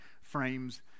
frames